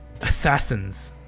assassins